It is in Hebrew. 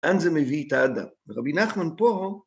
אין זה מביא את האדם. רבי נחמן פה...